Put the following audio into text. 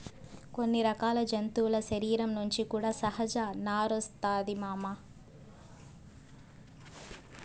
కొన్ని రకాల జంతువుల శరీరం నుంచి కూడా సహజ నారొస్తాది మామ